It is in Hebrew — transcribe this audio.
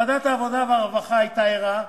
ועדת העבודה והרווחה היתה ערה,